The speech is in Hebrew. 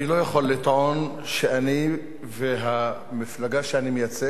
אני לא יכול לטעון שאני והמפלגה שאני מייצג